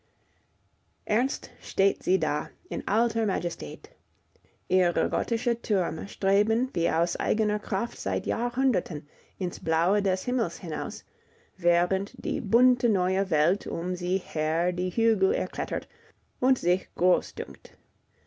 ernst steht sie da in alter majestät ihre gotischen türme streben wie aus eigener kraft seit jahrhunderten ins blaue des himmels hinaus während die bunte neue welt um sie her die hügel erklettert und sich groß dünkt